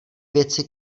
věci